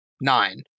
nine